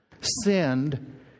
sinned